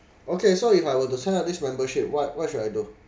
okay so if I were to sign up this membership what what should I do